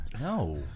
No